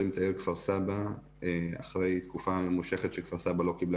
את העיר כפר סבא אחרי תקופה ממושכת שכפר סבא לא קיבלה